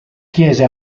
chiese